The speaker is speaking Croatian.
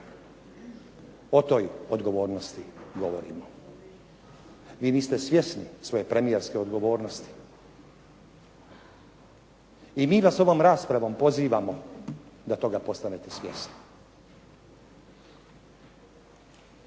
O toj odgovornosti govorimo. Vi niste svjesni svoje premijerske odgovornosti i mi vas ovom raspravom pozivamo da toga postanete svjesni.